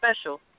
special